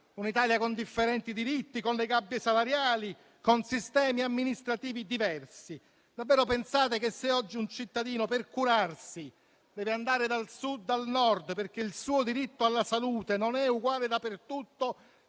Un'Italia con differenti diritti, con le gabbie salariali e con sistemi amministrativi diversi? Davvero pensate che un cittadino che oggi per curarsi deve andare dal Sud al Nord, perché il suo diritto alla salute non è uguale dappertutto,